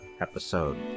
episode